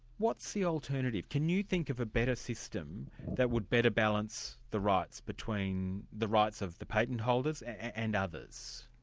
what's the alternative? can you think of a better system that would better balance the rights between the rights of the patent holders and others?